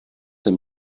them